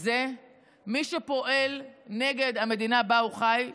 הוא שמי שפועל נגד המדינה שבה הוא חי,